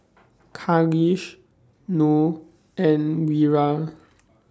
Khalish Noh and Wira